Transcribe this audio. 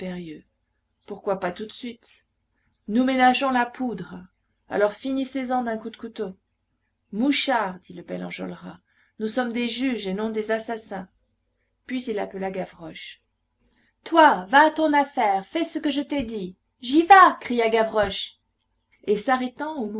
pourquoi pas tout de suite nous ménageons la poudre alors finissez en d'un coup de couteau mouchard dit le bel enjolras nous sommes des juges et non des assassins puis il appela gavroche toi va à ton affaire fais ce que je t'ai dit j'y vas cria gavroche et s'arrêtant